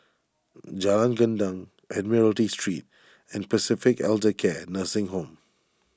Jalan Gendang Admiralty Street and Pacific Elder Care Nursing Home